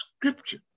scripture